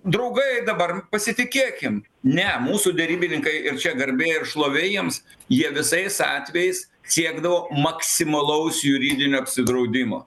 draugai dabar pasitikėkim ne mūsų derybininkai ir čia garbė ir šlovė jiems jie visais atvejais siekdavo maksimalaus juridinio apsidraudimo